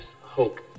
hope